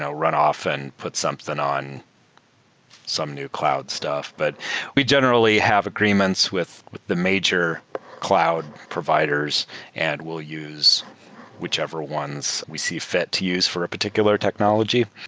so runoff and put something on some new cloud stuff. but we generally have agreements with with the major cloud providers and we'll use whichever ones we see fit to use for a particular technology.